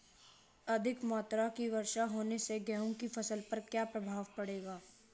अधिक मात्रा की वर्षा होने से गेहूँ की फसल पर क्या प्रभाव पड़ेगा?